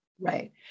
Right